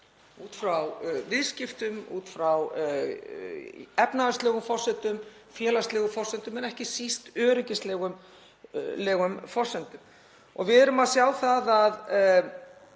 út frá viðskiptum, út frá efnahagslegum forsendum, félagslegum forsendum, en ekki síst öryggislegum forsendum. Og við erum að sjá það að